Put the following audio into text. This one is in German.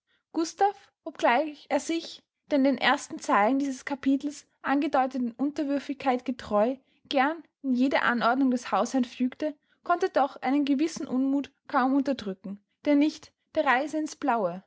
gustav obgleich er sich der in den ersten zeilen dieses capitels angedeuteten unterwürfigkeit getreu gern in jede anordnung des hausherrn fügte konnte doch einen gewissen unmuth kaum unterdrücken der nicht der reise in's blaue